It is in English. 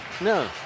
No